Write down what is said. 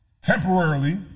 temporarily